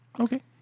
Okay